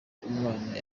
umwana